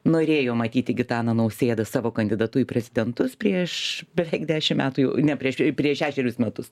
norėjo matyti gitaną nausėdą savo kandidatu į prezidentus prieš beveik dešimt metų ne prieš prieš šešerius metus